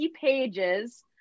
pages